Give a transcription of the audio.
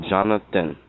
Jonathan